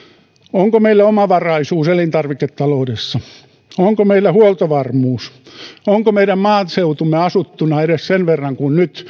onko meillä omavaraisuus elintarviketaloudessa onko meillä huoltovarmuus onko meidän maaseutumme asuttuna edes sen verran kuin nyt